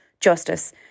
justice